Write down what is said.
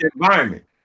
environment